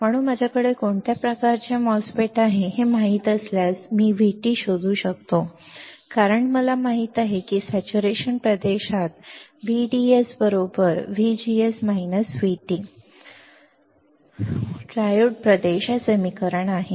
म्हणून माझ्याकडे कोणत्या प्रकारचे MOSFET आहे हे मला माहित असल्यास मी VT शोधू शकतो कारण मला माहित आहे की सेच्युरेशन संतृप्ति प्रदेशात VDS VGS VT ट्रायोड प्रदेश हे समीकरण आहे